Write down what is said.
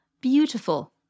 beautiful